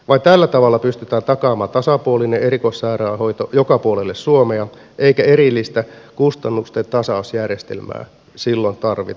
vain tällä tavalla pystytään takaamaan tasapuolinen erikoissairaanhoito joka puolelle suomea eikä erillistä kustannusten tasausjärjestelmää silloin tarvita